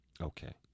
Okay